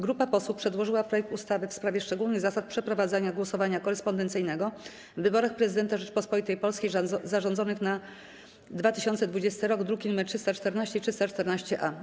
Grupa posłów przedłożyła projekt ustawy w sprawie szczególnych zasad przeprowadzania głosowania korespondencyjnego w wyborach Prezydenta Rzeczypospolitej Polskiej zarządzonych w 2020 r., druki nr 314 i 314-A.